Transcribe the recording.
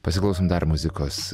pasiklausom dar muzikos